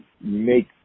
make